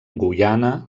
guyana